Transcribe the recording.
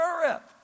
Europe